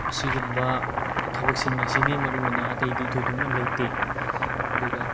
ꯑꯁꯤꯒꯨꯝꯕ ꯊꯕꯛꯁꯤꯡ ꯑꯁꯤꯅꯤ ꯃꯔꯨ ꯑꯣꯏꯅ ꯑꯇꯩꯗꯤ ꯊꯣꯏꯗꯣꯛꯅ ꯂꯩꯇꯦ ꯑꯗꯨꯒ